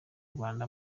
rwanda